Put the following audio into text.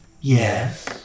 Yes